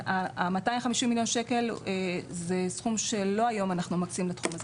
ה-250 מיליון שקל הם לא סכום שאנחנו מוציאים היום על התחום הזה.